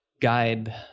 guide